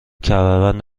کمربند